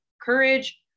courage